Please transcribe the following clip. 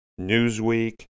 Newsweek